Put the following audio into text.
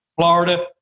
Florida